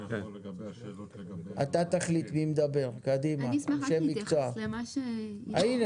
אשמח להתייחס לגבי מה שיעל